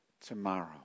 tomorrow